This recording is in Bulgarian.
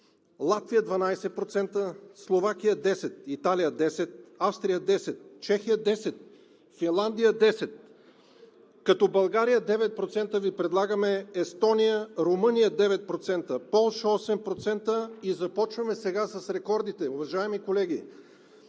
Латвия – 12%, Словакия – 10%, Италия – 10%, Австрия – 10%, Чехия – 10%, Финландия – 10%. Като България – 9%, Ви предлагаме: Естония, Румъния – 9%, Полша – 8%. И започваме сега с рекордите, уважаеми колеги,